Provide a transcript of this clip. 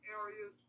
areas